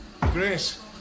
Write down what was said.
Grace